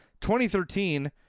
2013